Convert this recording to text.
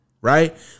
Right